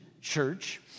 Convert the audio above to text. church